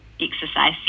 exercise